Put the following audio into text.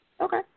Okay